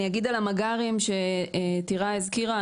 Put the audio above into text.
אני אגיד על המג״רים שטירה הזכירה,